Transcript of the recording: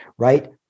Right